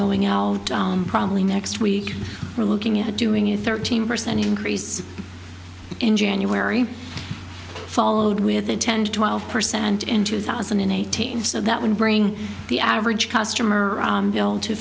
going out probably next week we're looking at doing a thirteen percent increase in january followed within ten to twelve percent in two thousand and eighteen so that would bring the average customer